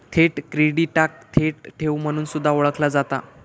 थेट क्रेडिटाक थेट ठेव म्हणून सुद्धा ओळखला जाता